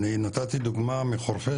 אני נתתי דוגמה מחורפיש,